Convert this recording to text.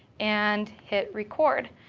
and hit record.